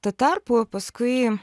tuo tarpu paskui